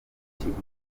kigufi